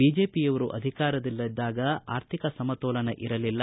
ಬಿಜೆಪಿಯವರು ಅಧಿಕಾರದಲ್ಲಿದ್ದಾಗ ಅರ್ಥಿಕ ಸಮತೋಲನ ಇರಲಿಲ್ಲ